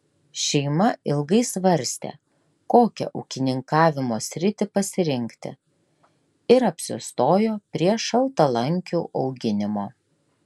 šeima ilgai svarstė kokią ūkininkavimo sritį pasirinkti ir apsistojo prie šaltalankių auginimo